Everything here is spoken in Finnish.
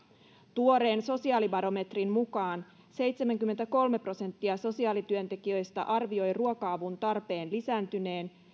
tuoreen sosiaalibarometrin mukaan seitsemänkymmentäkolme prosenttia sosiaalityöntekijöistä arvioi ruoka avun tarpeen lisääntyneen